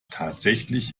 tatsächlich